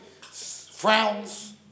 frowns